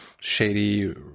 shady